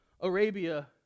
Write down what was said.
Arabia